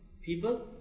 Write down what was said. people